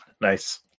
Nice